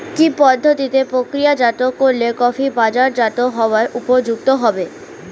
কি পদ্ধতিতে প্রক্রিয়াজাত করলে কফি বাজারজাত হবার উপযুক্ত হবে?